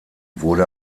wurde